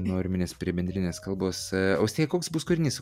norminės prie bendrinės kalbos austėja koks bus kūrinys